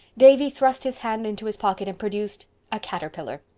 davy thrust his hand into his pocket and produced. a caterpillar,